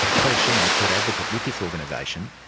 clare sheehan, a court advocate with this organisation,